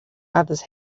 others